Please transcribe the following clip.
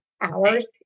hours